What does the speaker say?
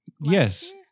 yes